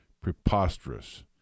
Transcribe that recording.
Preposterous